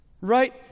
Right